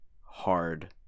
hard